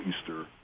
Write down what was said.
Easter